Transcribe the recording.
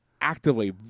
actively